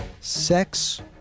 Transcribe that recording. sex